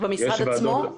במשרד עצמו?